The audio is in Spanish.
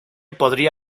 podría